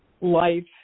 life